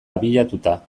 abiatuta